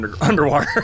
underwater